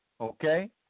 okay